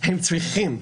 הם צריכים,